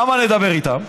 למה לדבר איתם?